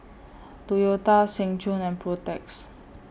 Toyota Seng Choon and Protex